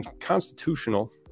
constitutional